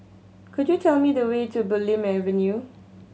could you tell me the way to Bulim Avenue